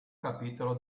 capitolo